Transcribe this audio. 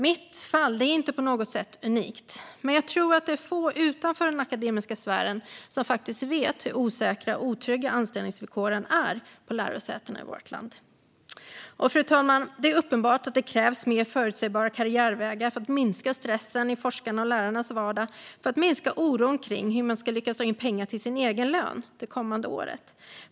Mitt fall är inte på något sätt unikt. Men jag tror att det är få utanför den akademiska sfären som vet hur osäkra och otrygga anställningsvillkoren faktiskt är på lärosätena i vårt land. Fru talman! Det är uppenbart att det krävs mer förutsägbara karriärvägar för att minska stressen i forskarnas och lärarnas vardag och för att minska oron för om man ska lyckas dra in pengar till sin egen lön det kommande året.